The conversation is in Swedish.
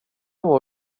var